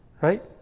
Right